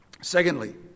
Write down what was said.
Secondly